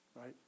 right